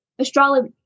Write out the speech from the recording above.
astrology